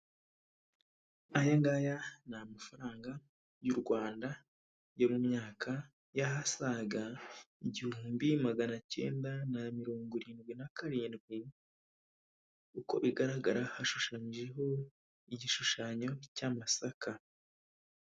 Aya ngaya ni amafaranga y'u Rwanda yo mu myaka y'ahasaga igihumbi magana cyenda na mirongo irindwi na karindwi, uko bigaragara hashushanyijweho igishushanyo cy'amasaka.